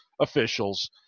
officials